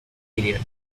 period